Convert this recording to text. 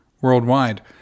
worldwide